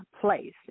place